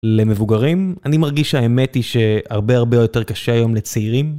למבוגרים. אני מרגיש שהאמת היא שהרבה הרבה יותר קשה היום לצעירים.